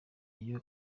iyo